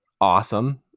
Awesome